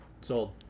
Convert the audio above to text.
Sold